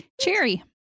Cherry